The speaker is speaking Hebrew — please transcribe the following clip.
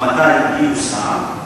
ומתי ייושם?